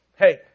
Hey